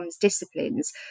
disciplines